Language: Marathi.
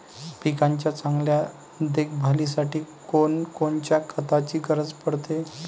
पिकाच्या चांगल्या देखभालीसाठी कोनकोनच्या खताची गरज पडते?